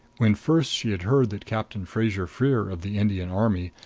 when first she had heard that captain fraser-freer, of the indian army,